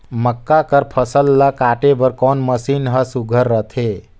मक्का कर फसल ला काटे बर कोन मशीन ह सुघ्घर रथे?